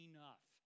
Enough